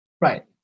Right